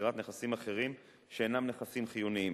מכירת נכסים אחרים שאינם נכסים חיוניים.